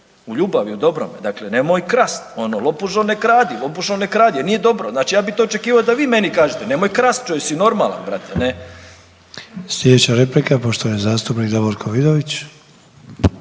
u ljubavi, u dobrome. Dakle, nemoj krast, ono lopužo ne kradi, lopužo ne kradi jer nije dobro. Znači ja bi to očekivao da vi meni kažete nemoj krasti, jesi normalan brate. **Sanader, Ante (HDZ)** Sljedeća replika je poštovani zastupnik Davorko Vidović.